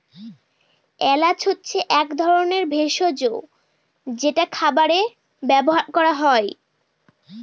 এলাচ হচ্ছে এক ধরনের ভেষজ যেটা খাবারে ব্যবহার করা হয়